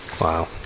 Wow